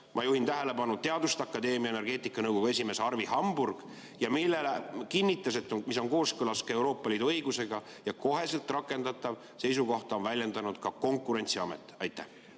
ma juhin tähelepanu – Eesti Teaduste Akadeemia energeetikanõukogu esimees Arvi Hamburg, kes kinnitas, et see on kooskõlas Euroopa Liidu õigusega ja koheselt rakendatav. Sama seisukohta on väljendanud ka Konkurentsiamet. Aitäh!